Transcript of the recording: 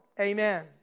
Amen